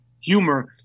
humor